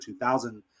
2000